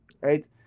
right